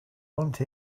want